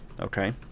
Okay